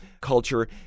culture